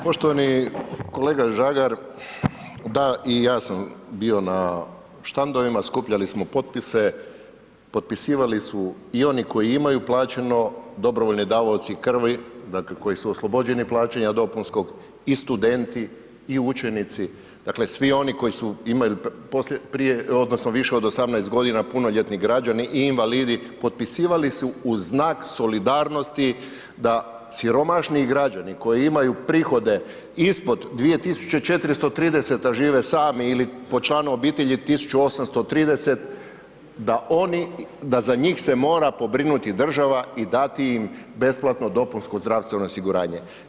Poštovani kolega Žagar, da i ja sam bio na štandovima, skupljali smo potpise, potpisivali su i oni koji imaju plaćeno, dobrovoljni davaoci krvi, dakle koji su oslobođeni plaćanja dopunskog i studenti i učenici, dakle svi oni koji su, imaju poslije, prije odnosno više od 18.g., punoljetni građani i invalidi potpisivali su u znak solidarnosti da siromašni građani koji imaju prihode ispod 2.430,00, a žive sami ili po članu obitelji 1.830,00 da oni, da za njih se mora pobrinuti država i dati im besplatno dopunsko zdravstveno osiguranje.